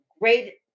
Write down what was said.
great